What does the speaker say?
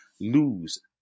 lose